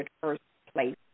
first-place